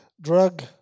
drug